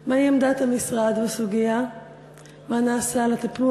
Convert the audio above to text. פורסם ב"הארץ" כי "אגד ו"כנען" מסרבות להציג על